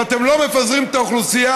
ואתם לא מפזרים את האוכלוסייה,